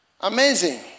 Amazing